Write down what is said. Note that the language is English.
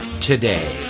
today